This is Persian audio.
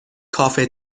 کافه